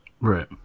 Right